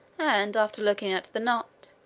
and, after looking at the knot,